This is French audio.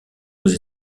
aux